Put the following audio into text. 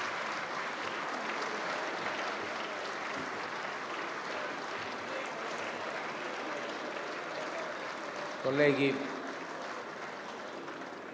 Grazie